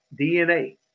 DNA